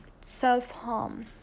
self-harm